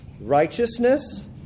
Righteousness